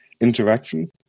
interaction